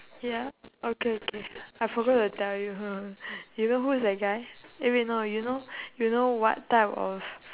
ya okay okay I forgot to tell you you know who is that guy eh wait no you know you know what type of